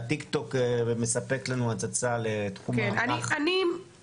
הטיק טוק הרי מספק לנו הצצה לתחום --- תראו,